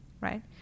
right